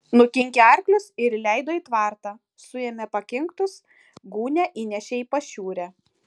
nukinkė arklius ir įleido į tvartą suėmė pakinktus gūnią įnešė į pašiūrę